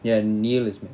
ya neil is mo~